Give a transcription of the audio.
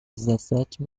dezessete